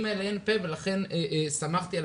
ולילדים האלה אין פה ולכן שמחתי על